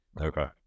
okay